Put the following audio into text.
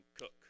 cook